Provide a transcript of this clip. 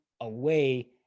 away